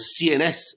CNS